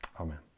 Amen